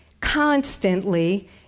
constantly